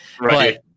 Right